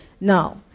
Now